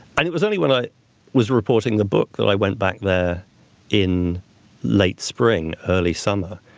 and it was only when i was reporting the book that i went back there in late spring, early summer.